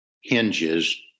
hinges